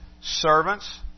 servants